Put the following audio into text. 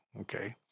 Okay